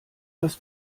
das